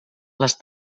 les